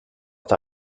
der